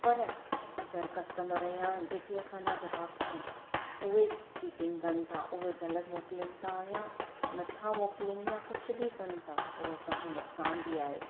पर अगरि कस्टमर या जेके असांजा ग्राहक आहिनि उहे चिटींग कनि था उहे ग़लति मोकिलनि था या नथा मोकिलनि या कुझु बि कनि था त उहो असांखे नुक़सानु बि आहे